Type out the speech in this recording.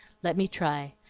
let me try.